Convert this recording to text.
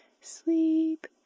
sleep